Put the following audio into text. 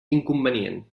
inconvenient